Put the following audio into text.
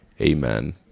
Amen